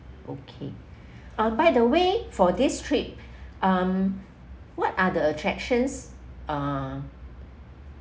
okay uh by the way for this trip um what are the attractions uh